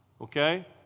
okay